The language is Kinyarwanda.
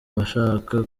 abashaka